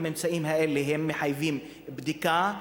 הממצאים האלה מחייבים בדיקה,